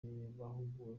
bahuguwe